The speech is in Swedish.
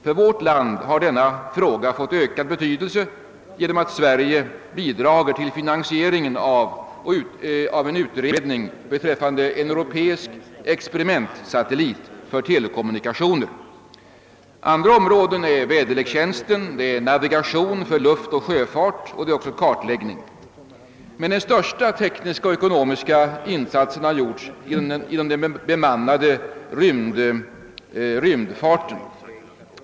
För vårt land har denna fråga fått ökad betydelse genom att Sverige bidrar till finansieringen av en utredning beträffande en europeisk experimentsatellit för telekommunikationer. Andra områden är väderlekstjänsten. Det är navigationen för luftoch sjöfart. Det är också kartläggning. Men den största tekniska och ekonomiska insatsen har gjorts inom den bemanmnade rymdfarten.